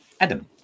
Adam